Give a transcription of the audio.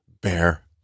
bear